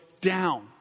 down